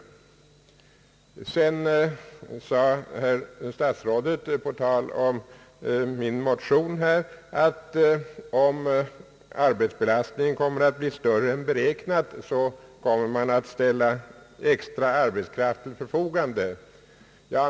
På tal om min motion sade herr statsrådet, att man kommer att ställa extra arbetskraft till förfogande om arbetsbelastningen blir större än beräknat.